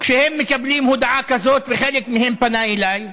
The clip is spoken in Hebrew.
כשהם מקבלים הודעה כזאת, וחלק מהם פנה אליי,